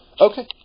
okay